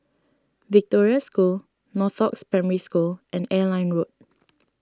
Victoria School Northoaks Primary School and Airline Road